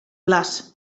blas